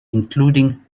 including